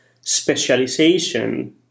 specialization